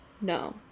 no